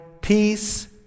peace